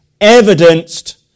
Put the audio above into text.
evidenced